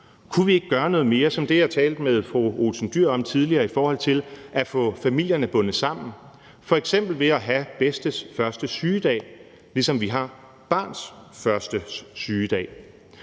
Kunne vi ikke gøre noget mere af det, som jeg talte med fru Pia Olsen Dyhr om tidligere, for at få familierne bundet sammen, f.eks. ved at have bedstes første sygedag, ligesom vi har barns første sygedag?